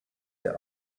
der